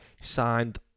Signed